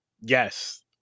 yes